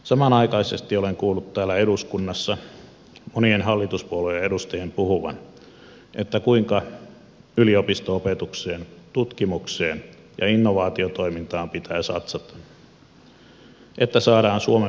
samanaikaisesti olen kuullut täällä eduskunnassa monien hallituspuolueiden edustajien puhuvan kuinka yliopisto opetukseen tutkimukseen ja innovaatiotoimintaan pitää satsata että saadaan suomen vienti nousuun